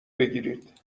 بگیرید